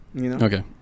Okay